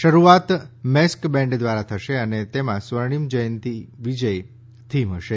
શરૂઆત massed band દ્વારા થશે અને તેમાં સ્વર્ણિમ વિજય થીમ હશે